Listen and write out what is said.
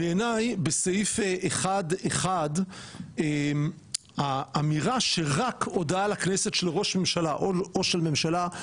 בעיני בסעיף 1.1. האמירה שרק הודעה לכנסת של ראש ממשלה או של ממשלה,